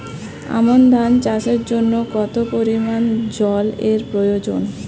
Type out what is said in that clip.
আমন ধান চাষের জন্য কত পরিমান জল এর প্রয়োজন?